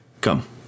come